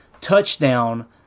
touchdown